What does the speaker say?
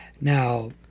Now